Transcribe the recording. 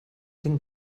den